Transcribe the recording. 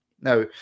Now